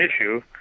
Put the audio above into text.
issue